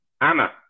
Anna